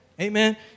Amen